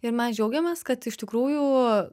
ir mes džiaugėmės kad iš tikrųjų